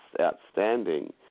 outstanding